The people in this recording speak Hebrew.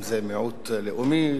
אם מיעוט לאומי,